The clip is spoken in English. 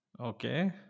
Okay